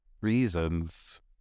reasons